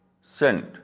sent